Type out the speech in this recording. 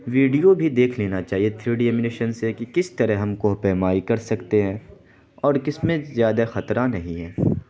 video بھی دیکھ لینا چاہیے تھری ڈی اینیمیشین سے کہ کس طرح ہم کوہ پیمائی کر سکتے ہیں اور کس میں زیادہ خطرہ نہیں ہے